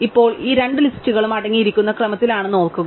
ഇപ്പോൾ ഈ രണ്ട് ലിസ്റ്റുകളും അടുക്കിയിരിക്കുന്ന ക്രമത്തിലാണെന്ന് ഓർക്കുക